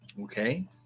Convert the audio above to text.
Okay